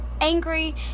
angry